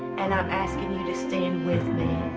and i'm asking you to stand with me.